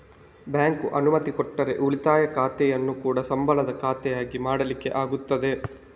bank ಅನುಮತಿ ಕೊಟ್ರೆ ಉಳಿತಾಯ ಖಾತೆಯನ್ನ ಕೂಡಾ ಸಂಬಳದ ಖಾತೆ ಆಗಿ ಮಾಡ್ಲಿಕ್ಕೆ ಆಗ್ತದೆ